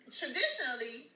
traditionally